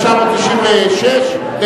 ב-2006?